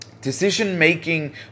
decision-making